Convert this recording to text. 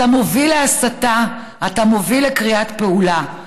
אתה מוביל להסתה, אתה מוביל לקריאה לפעולה.